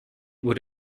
would